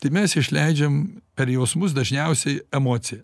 tai mes išleidžiam per jausmus dažniausiai emociją